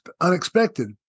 unexpected